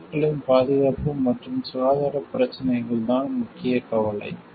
பொது மக்களின் பாதுகாப்பு மற்றும் சுகாதாரப் பிரச்சினைகள்தான் முக்கிய கவலை